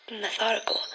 Methodical